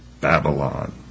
Babylon